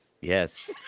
Yes